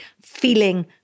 feeling